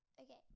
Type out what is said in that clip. Okay